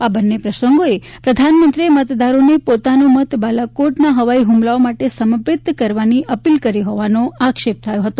આ બંને પ્રસંગોએ પ્રધાનમંત્રીએ મતદારોને પોતાનો મત બાલાકોટના હવાઇ હુમલાઓ માટે સમર્પીત કરવાની અપીલ કરી હોવાનો આક્ષેપ થયો હતો